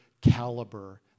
caliber